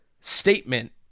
statement